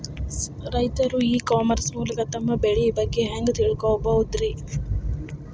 ರೈತರು e commerce ಮೂಲಕ ತಮ್ಮ ಬೆಳಿ ಬಗ್ಗೆ ಹ್ಯಾಂಗ ತಿಳ್ಕೊಬಹುದ್ರೇ?